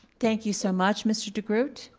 thank you so much, mr. degroot.